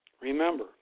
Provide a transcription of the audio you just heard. Remember